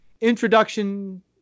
introduction